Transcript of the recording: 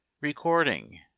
Recording